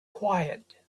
quiet